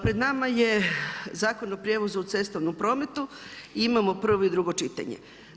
Pred nama je Zakon o prijevozu u cestovnom prometu i imamo prvo i drugo čitanje.